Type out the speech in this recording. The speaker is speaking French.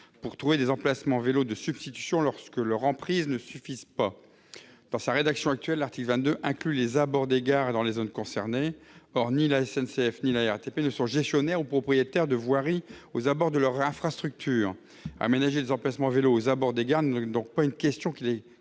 pour trouver des emplacements de substitution pour les vélos lorsque leurs emprises ne suffisent pas. Dans sa rédaction actuelle, l'article 22 inclut les abords des gares dans les zones concernées. Or ni la SNCF ni la RATP ne sont gestionnaires ou propriétaires de voiries aux abords de leurs infrastructures. Aménager des emplacements pour les vélos aux abords des gares n'est donc pas une question qui les